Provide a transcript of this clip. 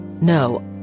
No